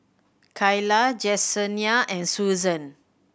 Cayla Jessenia and Suzan